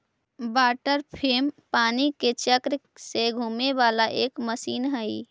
water frame पानी के चक्र से घूमे वाला एक मशीन हई